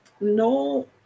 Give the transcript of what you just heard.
no